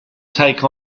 take